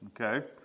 Okay